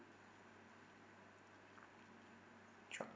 sure